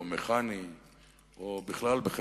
והבעיה השנייה,